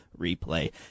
Replay